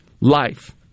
life